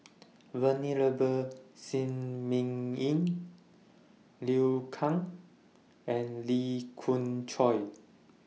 Venerable Shi Ming Yi Liu Kang and Lee Khoon Choy